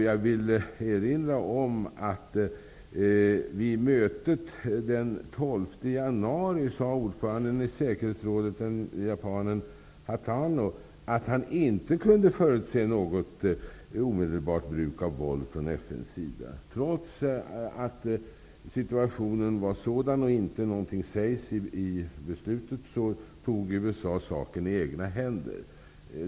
Jag vill erinra om att den japanske ordföranden i Säkerhetsrådet, Hatano, vid mötet den 12 januari sade att han inte kunde förutse något omedelbart bruk av våld från FN:s sida. Trots att situationen var sådan och något inte sägs i beslutet, tog USA saken i egna händer.